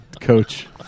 coach